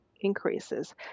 increases